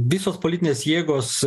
visos politinės jėgos